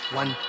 one